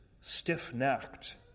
stiff-necked